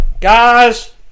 Guys